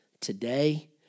Today